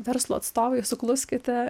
verslo atstovai sukluskite